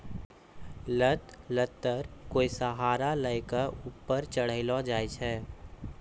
लत लत्तर कोय सहारा लै कॅ ऊपर चढ़ैलो जाय छै